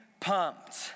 pumped